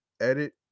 edit